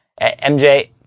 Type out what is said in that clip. MJ